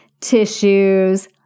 tissues